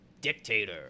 Dictator